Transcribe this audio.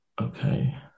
Okay